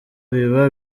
biba